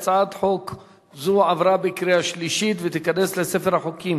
הצעת חוק זו עברה בקריאה שלישית ותיכנס לספר החוקים